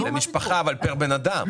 למשפחה אבל פר בן אדם.